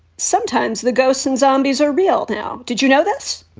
sometimes the ghosts and zombies are real. how did you know this?